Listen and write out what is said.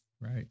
right